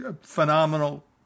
phenomenal